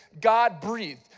God-breathed